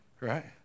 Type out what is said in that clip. right